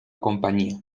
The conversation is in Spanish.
compañía